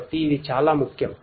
కాబట్టి ఇది చాలా ముఖ్యం